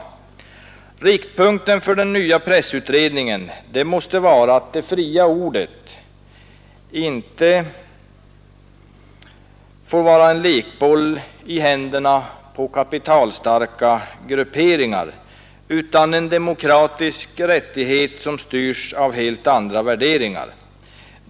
Riktpunkten för den pressutredningen måste alltså vara att det fria ordet inte får vara en lekboll i händerna på kapitelstarka grupperingar utan skall vara en demokratisk rättighet som styrs av helt andra värderingar.